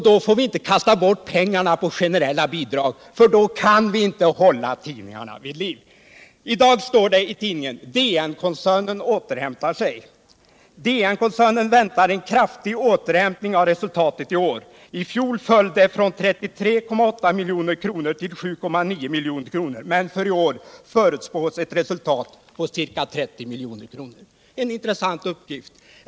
Då får vi inte kasta bort pengarna på generella bidrag, för då kan vi inte hålla tidningarna vid liv. I dag står det i Dagens Nyheter: DN-koncernen väntar sig en kraftig återhämtning av resultatet i år. I fjol föll det från 33,8 milj kr ——— till 7,9 milj, men för i år förutspås ett resultat på ca 30 milj.” Det är en intressant uppgift.